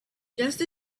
just